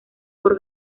por